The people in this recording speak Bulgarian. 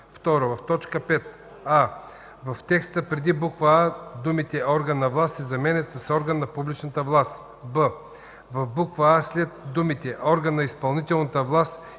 в текста преди буква „а” думите „Орган на власт” се заменят с „Орган на публичната власт”; б) в буква „а” след думите „орган на изпълнителната власт